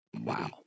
Wow